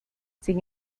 sin